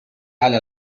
على